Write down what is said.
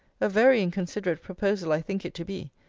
a very inconsiderate proposal i think it to be,